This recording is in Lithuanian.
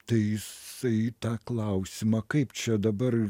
tai jisai tą klausimą kaip čia dabar